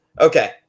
Okay